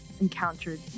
encountered